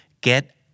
get